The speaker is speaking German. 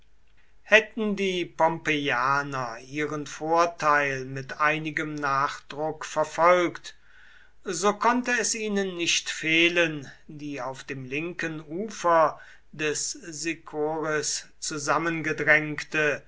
hätten die pompeianer ihren vorteil mit einigem nachdruck verfolgt so konnte es ihnen nicht fehlen die auf dem linken ufer des sicoris zusammengedrängte